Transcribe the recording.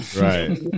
Right